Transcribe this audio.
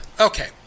Okay